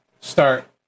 start